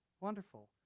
wonderful